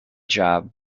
job